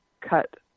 cut